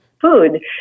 Food